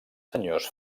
senyors